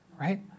right